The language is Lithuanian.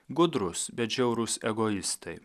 gudrūs bet žiaurūs egoistai